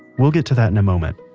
we'll get to that in a moment,